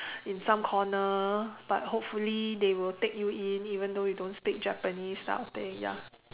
in some corner but hopefully they will take you in even though you don't speak Japanese kind of thing ya